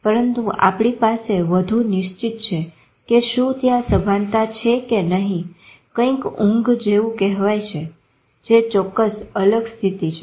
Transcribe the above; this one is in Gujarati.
પરંતુ આપણી પાસે વધુ નિશ્ચિત છે કે શું ત્યાં સભાનતા છે કે નહી કંઇક ઊંઘ જેવું કહેવાય છે જે ચોક્કસ અલગ સ્થિતિ છે